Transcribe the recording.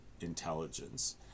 intelligence